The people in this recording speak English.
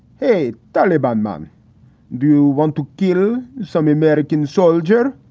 hey, taliban man do want to kill some american soldier?